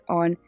on